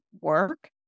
work